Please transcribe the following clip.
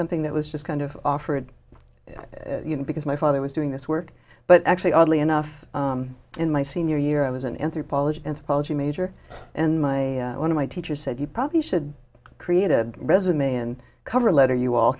something that was just kind of offered you know because my father was doing this work but actually oddly enough in my senior year i was an anthropology anthropology major and my one of my teachers said you probably should create a resume and cover letter you all